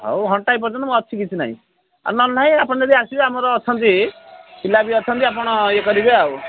ହଉ ଘଣ୍ଟାଏ ପର୍ଯ୍ୟନ୍ତ ମୁଁ ଅଛି କିଛି ନାହିଁ ଆଉ ନହେଲେ ନାହିଁ ଆପଣ ଯଦି ଆସିବେ ଆମର ଅଛନ୍ତି ପିଲା ବି ଅଛନ୍ତି ଆପଣ ଇଏ କରିବେ ଆଉ